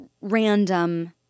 random